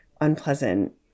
unpleasant